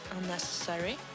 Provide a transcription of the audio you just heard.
unnecessary